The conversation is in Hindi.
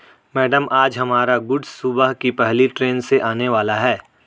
मैडम आज हमारा गुड्स सुबह की पहली ट्रैन से आने वाला है